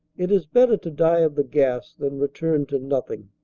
it is better to die of the gas than return to nothing.